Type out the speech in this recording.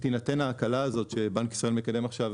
וכשתינתן ההקלה הזאת שבנק ישראל מקדם עכשיו